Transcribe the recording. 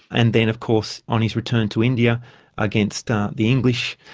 and then of course on his return to india against ah the english,